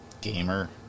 Gamer